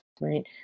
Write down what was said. right